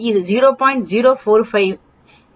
0455 ஐக் காட்டுகிறது